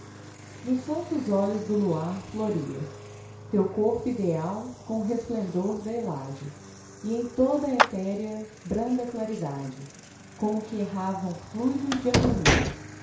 nos santos óleos do luar floria teu corpo ideal com o resplendor da helade e em toda a etérea branda claridade como que erravam fluidos de harmonia